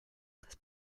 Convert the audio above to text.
this